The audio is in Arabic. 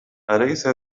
أليس